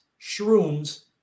shrooms